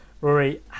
Rory